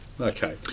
okay